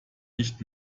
nicht